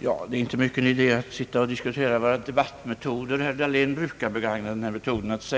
Herr talman! Det är inte mycken idé att diskutera våra debattmetoder. Herr Dahlén brukar begagna metoden att